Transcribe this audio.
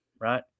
right